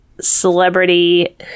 celebrity